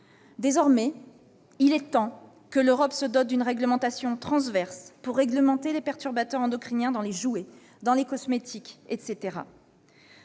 Désormais, il est temps que l'Europe se dote d'une réglementation transverse pour réglementer les perturbateurs endocriniens dans les jouets, les cosmétiques, etc.